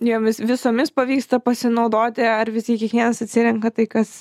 jomis visomis pavyksta pasinaudoti ar visi kiekvienas atsirenka tai kas